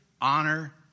honor